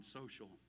social